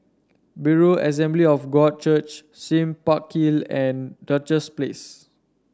Berean Assembly of God Church Sime Park Hill and Duchess Place